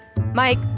Mike